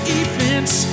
events